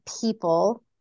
people